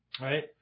right